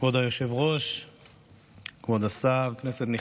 חברי הכנסת,